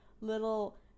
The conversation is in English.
little